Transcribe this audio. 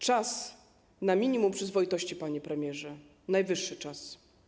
Czas na minimum przyzwoitości, panie premierze, najwyższy czas.